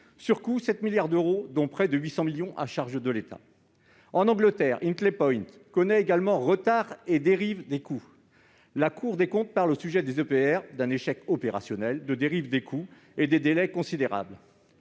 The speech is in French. est de 7 milliards d'euros, dont près de 800 millions d'euros à la charge de l'État. En Angleterre, Hinkley Point connaît également retards et dérive des coûts. La Cour des comptes évoque, au sujet des EPR, un échec opérationnel, des dérives des coûts et des délais considérables.